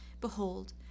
Behold